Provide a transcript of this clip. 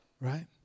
right